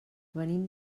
venim